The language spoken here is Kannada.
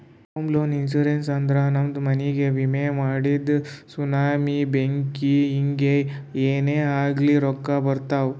ಹೋಮ ಇನ್ಸೂರೆನ್ಸ್ ಅಂದುರ್ ನಮ್ದು ಮನಿಗ್ಗ ವಿಮೆ ಮಾಡದು ಸುನಾಮಿ, ಬೆಂಕಿ ಹಿಂಗೆ ಏನೇ ಆಗ್ಲಿ ರೊಕ್ಕಾ ಬರ್ತಾವ್